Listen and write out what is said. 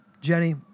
Jenny